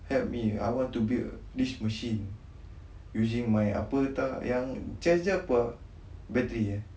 help me I want to build this machine using my apa entah yang chest dia apa eh battery eh